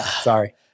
Sorry